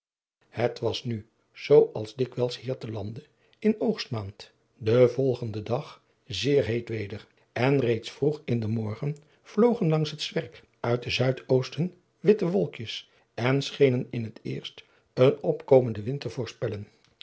het was nu zoo als dikwijls hier te lande in oogstmaand den volgenden dag zeer heet weder en reeds vroeg in den morgen vlogen langs het zwerk uit den zuid oosten witte wolkjes en schenen in het eerst een opkomenden wind te voorspellen